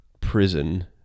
prison